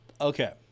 Okay